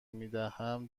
میدهم